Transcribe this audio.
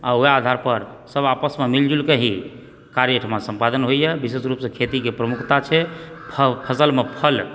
आ ओएह आधार पर सब आपसमे मिलजुलके ही कार्य एहिठमा सम्पादन होइए विशेष रूपसँ खेतीके प्रमुखता छै फसलमे फल